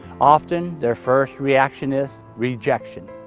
often their first reaction is rejection.